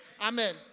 Amen